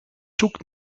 zoek